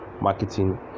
marketing